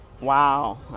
Wow